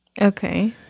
Okay